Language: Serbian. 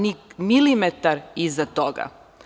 Ni milimetar iza toga.